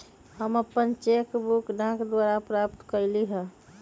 हम अपन cheque book डाक द्वारा प्राप्त कईली ह